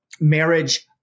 marriage